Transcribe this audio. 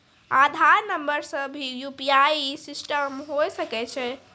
आधार नंबर से भी यु.पी.आई सिस्टम होय सकैय छै?